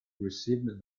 received